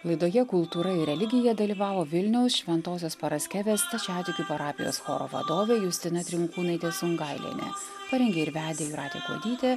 laidoje kultūra ir religija dalyvavo vilniaus šventosios paraskevės stačiatikių parapijos choro vadovė justina trinkūnaitė sungailienė parengė ir vedė jūratė kuodytė